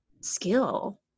skill